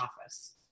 office